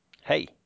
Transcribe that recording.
Hey